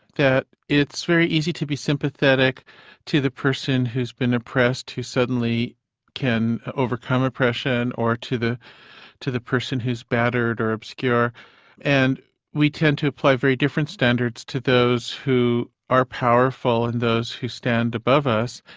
that it's very easy to be sympathetic to the person who's been oppressed, who suddenly can overcome oppression or to the to the person who's battered or obscure and we tend to apply very different standards to those who are powerful and those who stand above us.